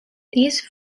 these